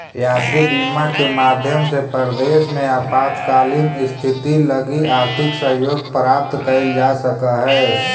यात्री बीमा के माध्यम से परदेस में आपातकालीन स्थिति लगी आर्थिक सहयोग प्राप्त कैइल जा सकऽ हई